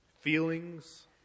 feelings